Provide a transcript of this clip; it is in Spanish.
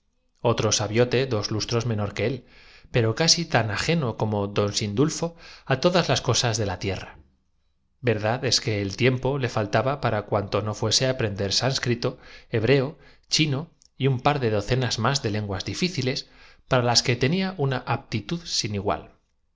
sabiote dos lustros menor que él pero casi tan que hasta entonces se había te nido por legendaria pero ageno como don sindulfo á todas las cosas de la tie como los precios no estaban al alcance de todas las rra verdad es que el tiempo le faltaba para cuanto no fortunas benjamín tuvo que reducir sus aspiraciones fuese aprender sánscrito hebreo chino y un par de y concretarse a la adquisición de una medalla relativamente docenas más de lenguas difíciles para las que tenía importante el tiempo había corroído parte de la una aptitud sin igual